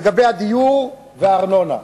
לגבי הדיור והארנונה,